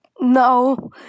No